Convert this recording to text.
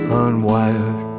unwired